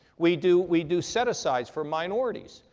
we do, we do set asides for minorities.